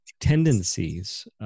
tendencies